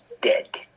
dead